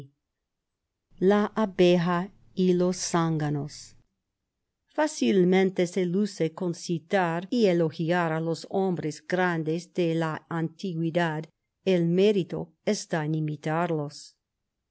la abeja y los zánganos fácilmente se luce con citar y elogiar a los hombres grandes de la antigüedad el mérito está en imitarlos